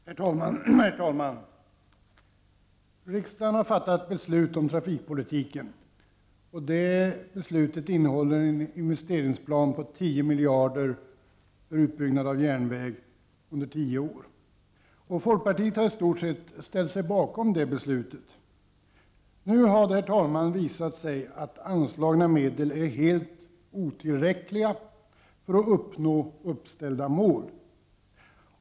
Herr talman! Riksdagen har fattat beslut om trafikpolitiken. Det beslutet innehåller en investeringsplan om 10 miljarder för en utbyggnad av järnvä gen under en tioårsperiod. Vii folkpartiet har i stort sett ställt oss bakom det beslutet. Men nu har det, herr talman, visat sig att anslagna medel är helt otillräckliga för att uppsatta mål skall kunna uppnås.